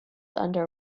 under